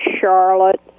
Charlotte